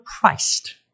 Christ